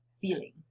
feeling